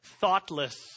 thoughtless